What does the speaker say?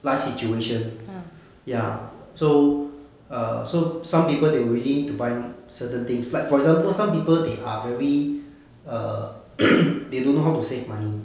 life situation ya so err so some people they really need to buy certain things like for example some people they are very err they don't know how to save money